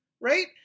right